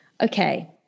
Okay